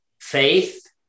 faith